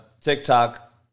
TikTok